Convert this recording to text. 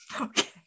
Okay